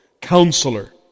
Counselor